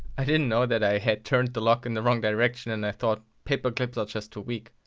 i didn't know that i had turned the lock in the wrong direction and i thought paperclips are just too weak.